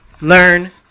learn